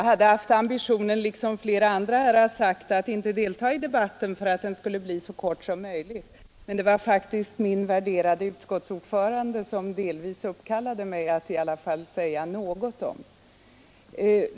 Herr talman! Liksom flera andra här hade jag ambitionen att inte delta i debatten för att den skulle bli så kort som möjligt. Men det var faktiskt min värderade utskottsordförande som uppkallade mig att i alla fall yttra något.